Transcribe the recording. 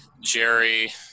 Jerry